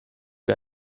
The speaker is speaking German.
wir